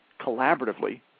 collaboratively